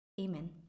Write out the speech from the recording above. Amen